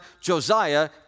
Josiah